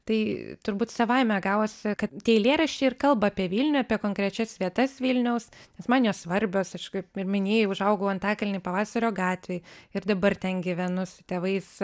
tai turbūt savaime gavosi kad tie eilėraščiai ir kalba apie vilnių apie konkrečias vietas vilniaus nes man jos svarbios kaip ir minėjai užaugau antakalny pavasario gatvėje ir dabar ten gyvenu su tėvais